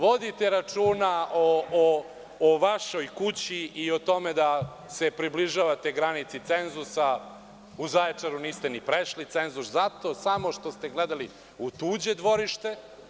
Vodite računa o vašoj kući i o tome da se približavate granici cenzusa, u Zaječaru niste ni prešli cenzus zato što ste gledali u tuđe dvorište.